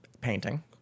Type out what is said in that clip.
painting